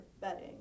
bedding